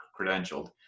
credentialed